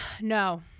No